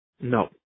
No